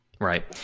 Right